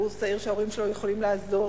זוג צעיר שההורים שלו יכולים לעזור,